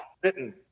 Bitten